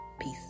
Peace